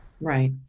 Right